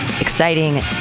Exciting